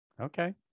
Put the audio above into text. okay